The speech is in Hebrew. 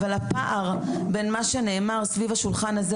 אבל הפער בין מה שנאמר סביב השולחן הזה,